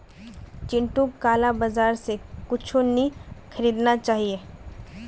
चिंटूक काला बाजार स कुछू नी खरीदना चाहिए